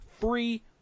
free